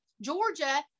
Georgia